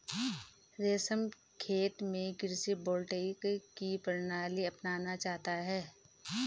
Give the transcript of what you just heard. रमेश खेत में कृषि वोल्टेइक की प्रणाली अपनाना चाहता है